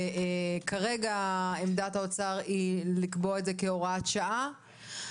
כרגע עמדת משרד האוצר היא לקבוע את זה כהוראת שעה.